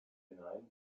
nein